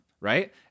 Right